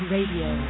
Radio